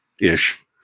ish